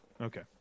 okay